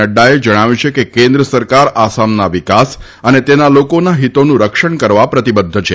નડ્ડાએ જણાવ્યું છે કે કેન્દ્ર સરકાર આસામના વિકાસ અને તેના લોકોના હિતોનું રક્ષણ કરવા પ્રતિબદ્ધ છે